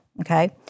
Okay